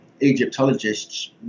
Egyptologists